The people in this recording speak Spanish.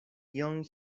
john